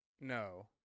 No